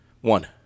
One